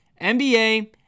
NBA